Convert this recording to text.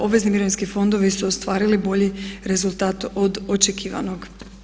Obvezni mirovinski fondovi su ostvarili bolji rezultat od očekivanog.